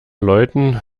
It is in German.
leuten